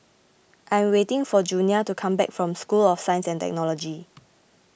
I am waiting for Junia to come back from School of Science and Technology